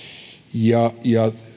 ja ja